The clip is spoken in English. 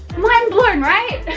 mind blown right?